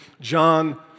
John